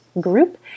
Group